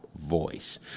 Voice